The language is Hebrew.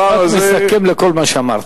משפט מסכם לכל מה שאמרת.